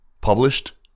Published